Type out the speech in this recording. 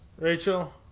Rachel